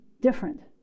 different